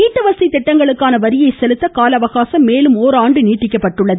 வீட்டுவசதி திட்டங்களுக்கான வரியை செலுத்துவதற்கான கால அவகாசம் மேலும் ஒர் ஆண்டு நீட்டிக்கப்பட்டுள்ளது